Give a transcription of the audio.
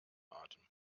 atem